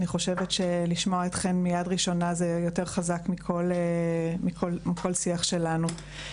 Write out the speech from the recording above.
אני חושבת שלשמוע אתכן מיד ראשונה זה יותר חזק מכל שיח שלנו.